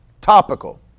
topical